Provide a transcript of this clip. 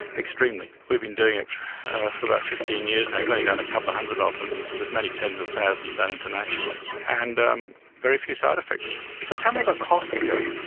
extremely. we've been doing it for about fifteen years now. we've only done a couple of hundred ah of them but there's many tens of thousands done internationally. and um very few side-effects. so tell me about cost here.